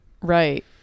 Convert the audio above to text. right